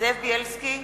זאב בילסקי,